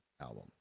album